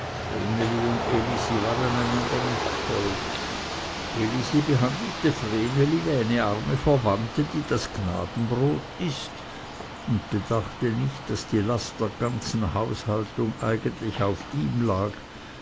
waren einander nicht hold elisi behandelte vreneli wie eine arme verwandte die das gnadenbrot ißt und bedachte nicht daß die last der ganzen haushaltung eigentlich auf ihm lag